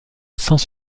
sans